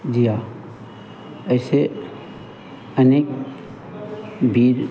दिया ऐसे अनेक वीर